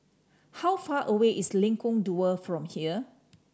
how far away is Lengkong Dua from here